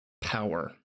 power